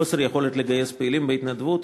חוסר יכולת לגייס פעילים בהתנדבות,